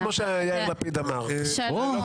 כמו שיאיר לפיד אמר --- שלום.